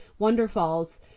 *Wonderfalls*